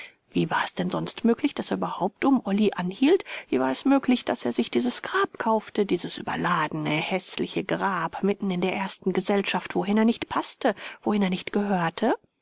wie war es denn sonst möglich daß er überhaupt um olly anhielt wie war es möglich daß er sich dieses grab kaufte dieses überladene häßliche grab mitten in der ersten gesellschaft wohin er nicht paßte wohin er nicht gehörte